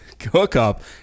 Hookup